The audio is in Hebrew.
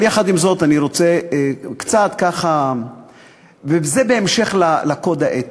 אבל יחד עם זאת, וזה בהמשך לקוד האתי,